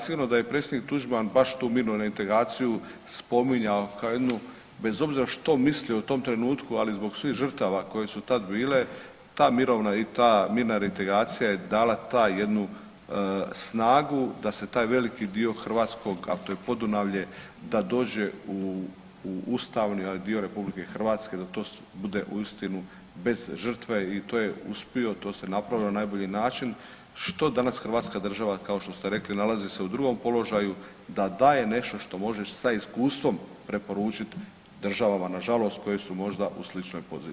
Sigurno da je predsjednik Tuđman baš tu mirnu reintegraciju spominjao kao jednu bez obzira što mislio u tom trenutku, ali zbog svih žrtava koje su tad bile ta mirovna i ta mirna reintegracija je dala taj jednu snagu da se taj veliki dio hrvatskog, a to je Podunavlje, da dođe u ustavni, onaj dio RH, da to bude uistinu bez žrtve i to je uspio, to se napravilo na najbolji način, što danas hrvatska država, kao što ste rekli nalazi se u drugom položaju da daje nešto što može sa iskustvom preporučit državama nažalost koje su možda u sličnoj poziciji.